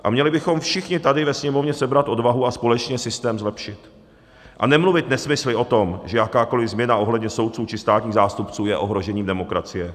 A měli bychom všichni tady ve Sněmovně sebrat odvahu a společně systém zlepšit a nemluvit nesmysly o tom, že jakákoli změna ohledně soudců či státních zástupců je ohrožením demokracie.